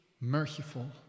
merciful